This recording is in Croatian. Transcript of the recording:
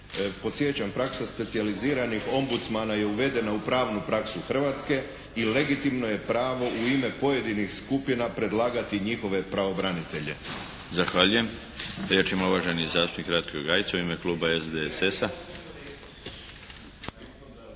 Podsjećam, praksa specijaliziranih ombudsmana je uvedena u pravnu praksu Hrvatske i legitimno je pravo u ime pojedinih skupina predlagati njihove pravobranitelje. **Milinović, Darko (HDZ)** Zahvaljujem. Riječ ima uvaženi zastupnik Ratko Gajica, u ime kluba SDSS-a.